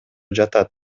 жатат